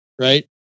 right